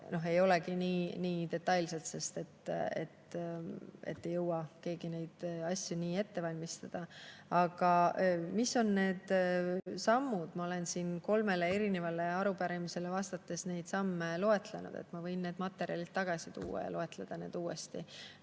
ei olegi nii detailsed, sest et keegi ei jõua neid asju nii ette valmistada. Aga mis on need sammud? Ma olen siin kolmele arupärimisele vastates neid samme loetlenud, aga ma võin need materjalid tagasi tuua ja loetleda need uuesti